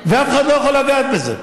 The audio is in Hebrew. ואף אחד לא יכול לגעת בזה.